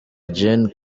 gen